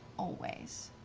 always.